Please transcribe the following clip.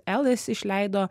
elis išleido